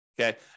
Okay